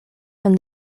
from